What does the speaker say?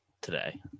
today